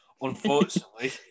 Unfortunately